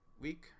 week